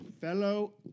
Fellow